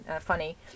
funny